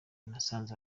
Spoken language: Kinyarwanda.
nasanze